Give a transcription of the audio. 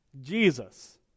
Jesus